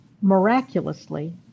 miraculously